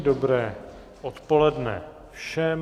Dobré odpoledne všem.